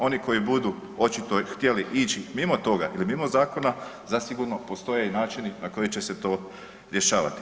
Oni koji budu očito htjeli ići mimo toga ili mimo Zakona, zasigurno postoje i načini na koje će se to rješavati.